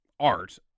art